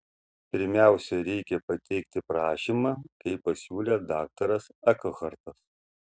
pirmiausia reikia pateikti prašymą kaip pasiūlė daktaras ekhartas